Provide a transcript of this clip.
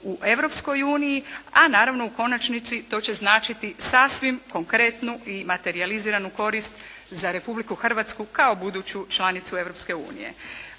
uniji, a naravno u konačnici to će značiti sasvim konkretnu i materijaliziranu korist za Republiku Hrvatsku kao buduću članicu